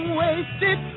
wasted